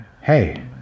Hey